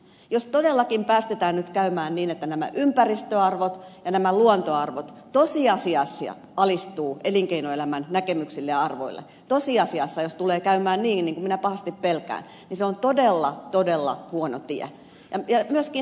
jos todellakin päästetään nyt käymään niin että nämä ympäristöarvot ja nämä luontoarvot tosiasiassa alistuvat elinkeinoelämän näkemyksille ja arvoille jos tosiasiassa tulee käymään niin niin kuin minä pahasti pelkään niin se on todella todella huono tie